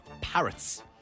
parrots